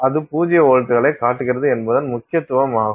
அது பூஜ்ஜிய வோல்ட்டுகளைக் காட்டுகிறது என்பதன் முக்கியத்துவமாகும்